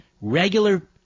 regular